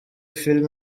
film